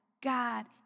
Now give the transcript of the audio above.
God